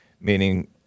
Meaning